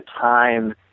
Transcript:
time